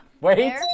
wait